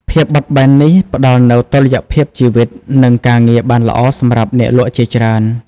ភាពបត់បែននេះផ្ដល់នូវតុល្យភាពជីវិត និងការងារបានល្អសម្រាប់អ្នកលក់ជាច្រើន។